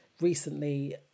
recently